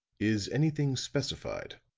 is anything specified?